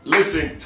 Listen